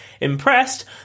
Impressed